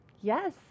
Yes